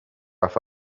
offer